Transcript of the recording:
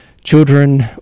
children